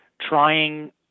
trying